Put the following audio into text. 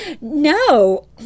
No